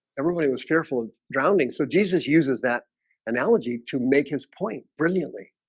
everybody was fearful of drowning. so jesus uses that analogy to make his point brilliantly